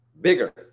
bigger